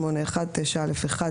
8(1) ו-9(א)(1),